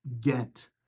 Get